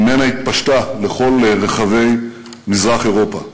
וממנה היא התפשטה לכל רחבי מזרח-אירופה.